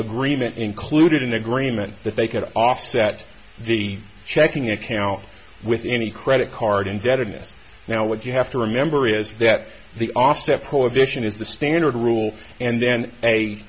agreement included an agreement that they could offset the checking account with any credit card indebtedness now what you have to remember is that the offset poor vision is the standard rule and then a